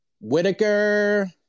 Whitaker